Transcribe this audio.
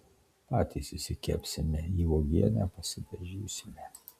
patys išsikepsime į uogienę pasidažysime